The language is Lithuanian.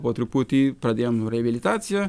po truputį pradėjom reabilitaciją